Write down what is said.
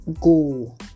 go